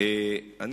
רק המצלמות מצלמות.